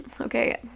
okay